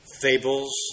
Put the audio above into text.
fables